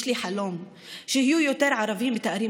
יש לי חלום שיהיו יותר ערבים בתארים